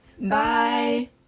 Bye